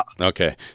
Okay